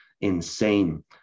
insane